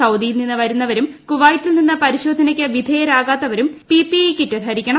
സൌദിയിൽ നിന്ന് വരുന്നവരും കുവൈറ്റിൽ നിന്ന് പരിശോധനയ്ക്ക് വിധേയരാകാത്തവരും പിപിഇ കിറ്റ് ധരിക്കണം